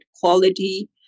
quality